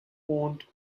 owned